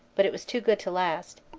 but it was too good to last.